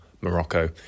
Morocco